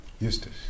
Eustace